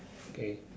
okay